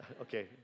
Okay